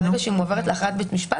ברגע שהיא מועברת להכרעת בית משפט,